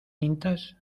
cintas